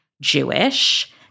Jewish